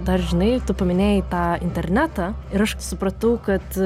dar žinai tu paminėjai tą internetą ir aš supratau kad